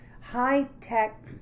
high-tech